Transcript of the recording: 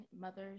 mothers